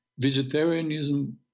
vegetarianism